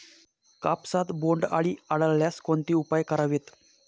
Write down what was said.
कापसात बोंडअळी आढळल्यास कोणते उपाय करावेत?